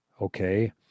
Okay